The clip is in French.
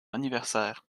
anniversaire